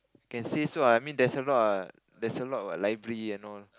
can say so ah I mean there's a lot ah there's a lot what library and all